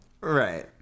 Right